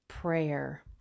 prayer